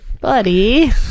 buddy